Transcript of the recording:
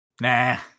Nah